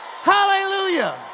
Hallelujah